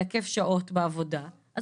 הדיונים בתיקוני החקיקה של "עסקת החבילה" במשק: